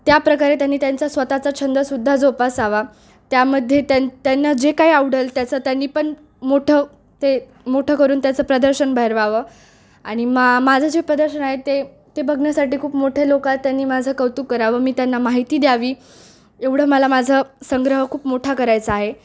त्याप्रकारे त्यांनी त्यांचा स्वतःचा छंदसुद्धा जोपासावा त्यामध्ये त्यां त्यांना जे काही आवडेल त्याचं त्यांनी पण मोठं ते मोठं करून त्याचं प्रदर्शन भरवावं आणि मा माझं जे प्रदर्शन आहे ते ते बघण्यासाठी खूप मोठे लोक त्यांनी माझं कौतुक करावं मी त्यांना माहिती द्यावी एवढं मला माझा संग्रह खूप मोठा करायचा आहे